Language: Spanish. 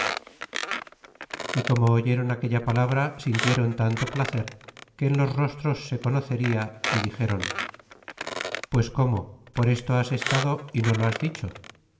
y como oyeron aquella palabra sintiéron tanto placer que en los rostros se conoceria y dixéron pues como por esto has estado y no lo has dicho